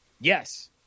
yes